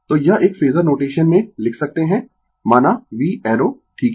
तो यह एक फेजर नोटेशन में लिख सकते है माना v एरो ठीक है